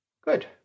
Good